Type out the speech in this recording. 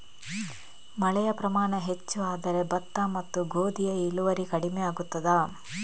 ಮಳೆಯ ಪ್ರಮಾಣ ಹೆಚ್ಚು ಆದರೆ ಭತ್ತ ಮತ್ತು ಗೋಧಿಯ ಇಳುವರಿ ಕಡಿಮೆ ಆಗುತ್ತದಾ?